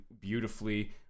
beautifully